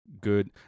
good